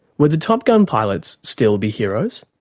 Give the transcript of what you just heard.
would the top gun pilots still be heroes?